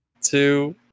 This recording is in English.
two